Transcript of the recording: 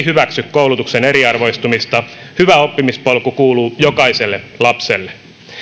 hyväksy koulutuksen eriarvoistumista hyvä oppimispolku kuuluu jokaiselle lapselle